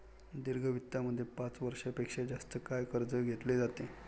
दीर्घ वित्तामध्ये पाच वर्षां पेक्षा जास्त काळ कर्ज घेतले जाते